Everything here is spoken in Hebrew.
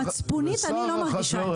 מצפונית אני לא מרגישה את זה.